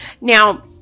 Now